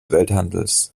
welthandels